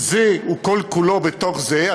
הוא כל כולו בתוך זה.